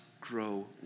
grow